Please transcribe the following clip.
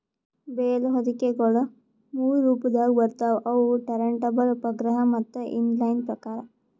bale ಹೊದಿಕೆಗೊಳ ಮೂರು ರೊಪದಾಗ್ ಬರ್ತವ್ ಅವು ಟರಂಟಬಲ್, ಉಪಗ್ರಹ ಮತ್ತ ಇನ್ ಲೈನ್ ಪ್ರಕಾರ್